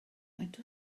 faint